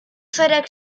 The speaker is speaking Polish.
szereg